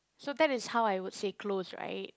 so that is how I would say close right